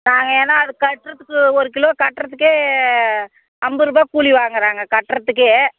நாங்கள் ஏன்னா அது கட்டுறதுக்கு ஒரு கிலோ கட்டுறதுக்கே ஐம்பதுருபா கூலி வாங்குறாங்க கட்டுறதுக்கே